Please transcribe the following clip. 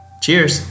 Cheers